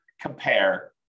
compare